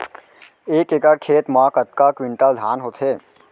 एक एकड़ खेत मा कतका क्विंटल धान होथे?